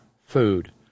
food